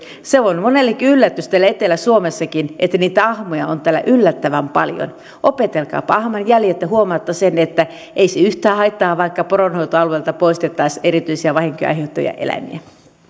se on monelle yllätys että täällä etelä suomessakin niitä ahmoja on yllättävän paljon opetelkaapa ahman jäljet ja te huomaatte että ei se yhtään haittaa vaikka poronhoitoalueelta poistettaisiin erityisiä vahinkoja aiheuttavia eläimiä